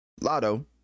Lotto